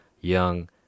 young